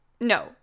No